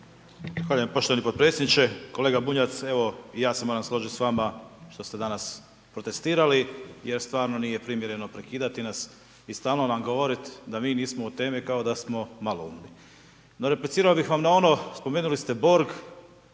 poštovani potpredsjedniče. Kolega Bunjac evo i ja se moram složiti s vama što ste danas protestirati, jer stvarno nije primjereno prekidati nas i stalno nam govorit da mi nismo u temi kao da smo maloumni. No, replicirao bih vam na ono, spomenuli ste Borg,